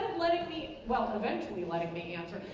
letting me, well, eventually letting me answer,